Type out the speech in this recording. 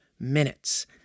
minutes